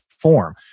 form